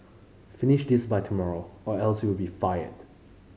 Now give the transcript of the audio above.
finish this by tomorrow or else you'll be fired